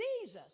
Jesus